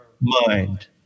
mind